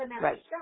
right